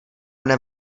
mne